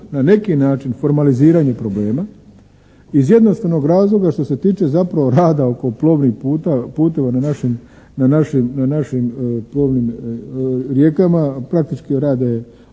na neki način formaliziranje problema iz jednostavnog razloga što se tiče zapravo rada oko plovnih puteva na našim plovnim rijekama. Praktički rade